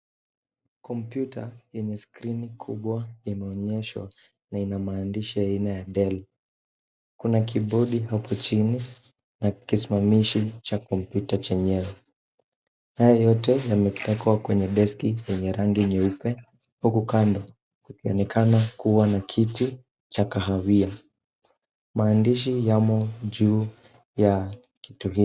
Kompyuta yenye skrini kubwa inaonyeshwa na ina maandishi aina ya Dell. Kuna kibodi hapo chini na kisimamishi cha kompyuta chini yao. Haya yote yameekwa kwenye deski yenye rangi nyeupe. Huku kando kukionekana kuwa na kiti cha kahawia. Maandishi yamo juu ya kitu hiyo.